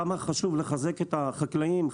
כמה חשוב לחזק את החקלאים,